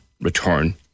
return